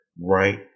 right